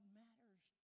matters